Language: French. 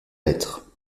lettre